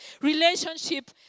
relationship